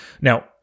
Now